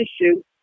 issue